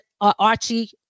Archie